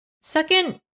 Second